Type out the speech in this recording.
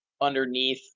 underneath